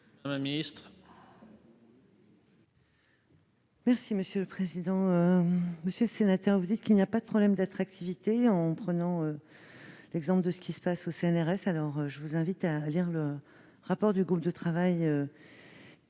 Madame la ministre,